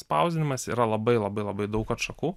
spausdinimas yra labai labai labai daug atšakų